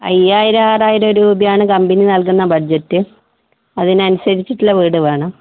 അയ്യായിരം ആറായിരം രൂപയാണ് കമ്പനി നൽകുന്ന ബഡ്ജറ്റ് അതിനനുസരിച്ചിട്ടുള്ള വീട് വേണം